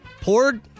poured